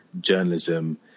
journalism